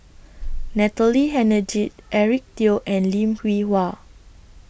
Natalie Hennedige Eric Teo and Lim Hwee Hua